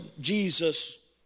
Jesus